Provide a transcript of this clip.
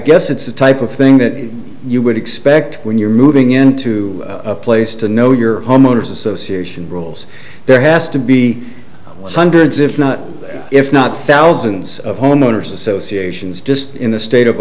guess it's the type of thing that you would expect when you're moving into a place to know your homeowners association rules there has to be hundreds if not if not thousands of homeowners associations just in the state of